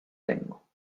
tengo